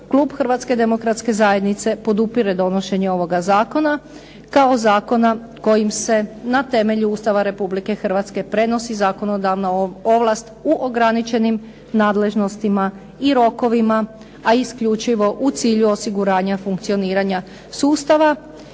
klub Hrvatske demokratske zajednice podupire donošenje ovoga zakona kao zakona kojim se na temelju Ustava Republike Hrvatske prenosi zakonodavna ovlast u ograničenim nadležnostima i rokovima, a isključivo u cilju osiguranja funkcioniranja sustava